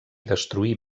destruir